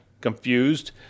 confused